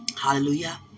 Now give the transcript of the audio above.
Hallelujah